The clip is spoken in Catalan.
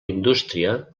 indústria